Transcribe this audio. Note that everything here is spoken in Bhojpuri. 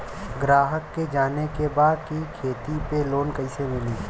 ग्राहक के जाने के बा की खेती पे लोन कैसे मीली?